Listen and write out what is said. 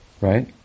right